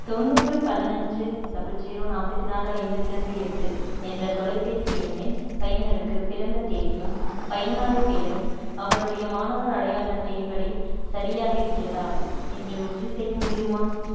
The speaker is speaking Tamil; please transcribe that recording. தொண்ணூறு பதினைஞ்சி டபுள் ஜீரோ நாற்பத்தி நாலு ஐம்பத்தி ரெண்டு எட்டு என்ற தொலைபேசி எண்ணின் பயனருக்கு பிறந்த தேதியும் பயனாளிப் பெயரும் அவருடைய மாணவர் அடையாள அட்டையின் படி சரியாக இருக்கிறதா என்று உறுதிசெய்ய முடியுமா